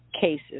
cases